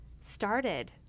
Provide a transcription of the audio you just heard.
started